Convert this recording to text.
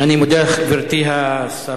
אני מודה לך, גברתי השרה.